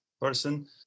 person